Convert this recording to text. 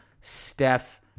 Steph